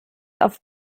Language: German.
auf